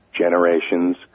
Generations